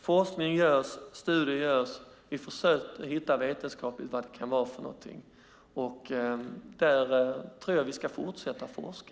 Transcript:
Forskning och studier görs för att vetenskapligt hitta vad det kan vara för någonting. Där tror jag att vi ska fortsätta att forska.